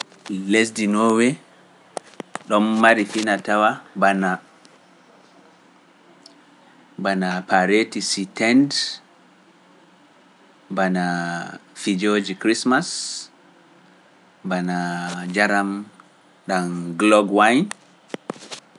Lesdi nowe ɗo mari fina tawa bana bana paareti sii teent bana fijooji christmas bana jaram ɗam globe wayi